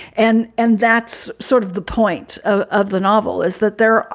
and and that's sort of the point ah of the novel, is that they're,